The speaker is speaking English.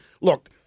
look